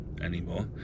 anymore